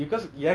oh wait